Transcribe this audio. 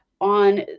on